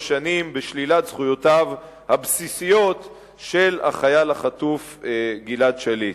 שנים של שלילת זכויותיו הבסיסיות של החייל החטוף גלעד שליט.